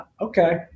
okay